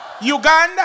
Uganda